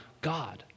God